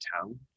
town